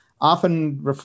often